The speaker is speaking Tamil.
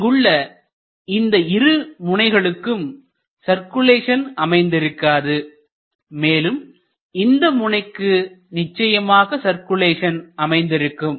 இங்குள்ள இந்த இருமுனைகளுக்கும் சர்க்குலேஷன் அமைந்திருக்காது மேலும் இந்த முனைக்கு நிச்சயமாக சர்க்குலேஷன் அமைந்திருக்கும்